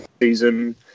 season